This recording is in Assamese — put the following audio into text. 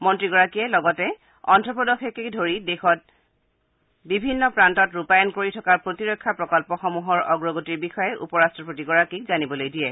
মন্নীগৰাকীয়ে লগতে অদ্ধ প্ৰদেশকে ধৰি দেশত বিভিন্ন প্ৰান্তত ৰূপায়ণ কৰি থকা প্ৰতিৰক্ষা প্ৰকল্পসমূহৰ অগ্ৰগতিৰ বিষয়ে উপ ৰাট্টপতিক জানিবলৈ দিয়ে